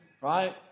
Right